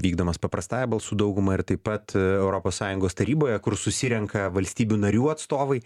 vykdomas paprastąja balsų dauguma ir taip pat europos sąjungos taryboje kur susirenka valstybių narių atstovai